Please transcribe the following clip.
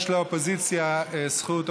יש לאופוזיציה זכות,